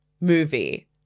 movie